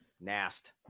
Nast